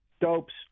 dopes